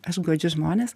aš guodžiu žmones